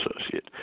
associate